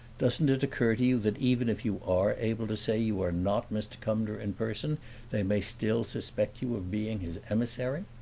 doesn't it occur to you that even if you are able to say you are not mr. cumnor in person they may still suspect you of being his emissary?